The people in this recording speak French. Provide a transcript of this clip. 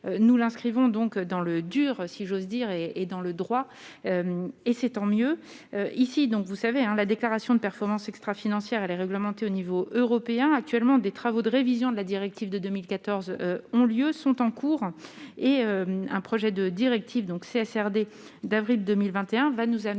nous l'inscrivons donc dans le dur, si j'ose dire et et dans le droit, et c'est tant mieux ici, donc vous savez la déclaration de performance extra-financière, elle est réglementée au niveau européen, actuellement des travaux de révision de la directive de 2014 ont lieu sont en cours et un projet de directive donc c'est SRD d'avril 2021 va nous amener